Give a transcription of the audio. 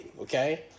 okay